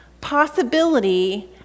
possibility